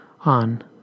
on